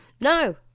No